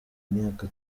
myaka